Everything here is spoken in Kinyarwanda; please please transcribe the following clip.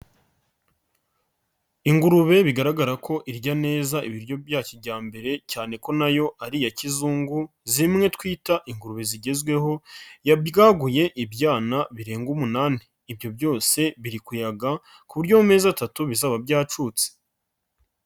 Ingurube bigaragara ko irya neza ibiryo bya kijyambere cyane ko na yo ari iya kizungu zimwe twita ingurube zigezweho, yabyaguye ibyana birenga umunani, ibyo byose biri kuyaga ku buryo mu mezi atatu bizaba byacutse.